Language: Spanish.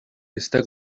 está